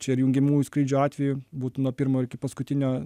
čia ir jungiamųjų skrydžių atveju būtų nuo pirmo iki paskutinio